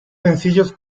sencillos